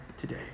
today